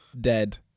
dead